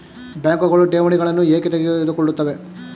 ಬ್ಯಾಂಕುಗಳು ಠೇವಣಿಗಳನ್ನು ಏಕೆ ತೆಗೆದುಕೊಳ್ಳುತ್ತವೆ?